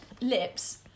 lips